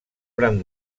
gran